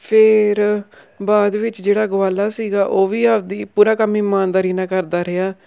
ਫਿਰ ਬਾਅਦ ਵਿੱਚ ਜਿਹੜਾ ਗਵਾਲਾ ਸੀਗਾ ਉਹ ਵੀ ਆਪਣੀ ਪੂਰਾ ਕੰਮ ਇਮਾਨਦਾਰੀ ਨਾਲ ਕਰਦਾ ਰਿਹਾ